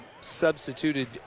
Substituted